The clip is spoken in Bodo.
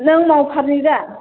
नों मावफारनि दा